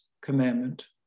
commandment